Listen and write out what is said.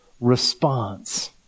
response